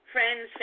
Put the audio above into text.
Friends